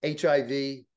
HIV